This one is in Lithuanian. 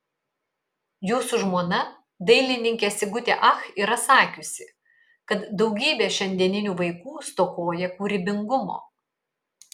jūsų žmona dailininkė sigutė ach yra sakiusi kad daugybė šiandieninių vaikų stokoja kūrybingumo